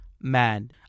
man